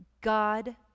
God